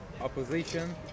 opposition